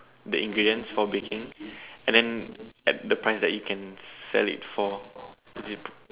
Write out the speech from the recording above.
the ingredients for baking and then the price that you can sell it for is it